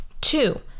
two